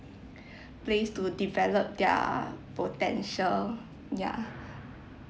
place to develop their potential ya